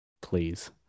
please